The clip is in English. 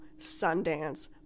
Sundance